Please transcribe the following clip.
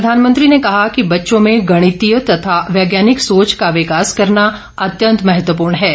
प्रधानमंत्री ने कहा कि बच्चों में गणितीय तथा वैज्ञानिक सोच का विकास करना अत्यन्त महत्वपूर्ण है ै